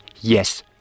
Yes